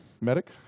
medic